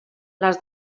les